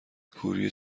کوری